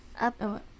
up